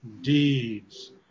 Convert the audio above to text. deeds